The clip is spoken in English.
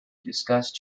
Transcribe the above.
discussed